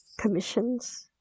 commissions